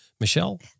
Michelle